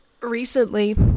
Recently